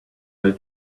may